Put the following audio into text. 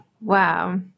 Wow